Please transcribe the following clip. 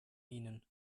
ihnen